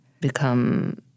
become